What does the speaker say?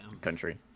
Country